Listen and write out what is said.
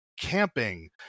Camping